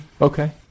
Okay